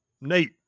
nate